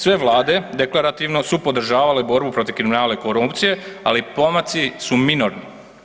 Sve vlade deklarativno podržavale borbu protiv kriminala i korupcije, ali pomaci su minorni.